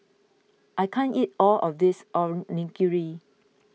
I can't eat all of this Onigiri